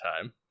time